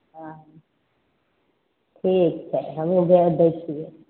हॅं ठीक छै हमहुॅं भेज दै छियै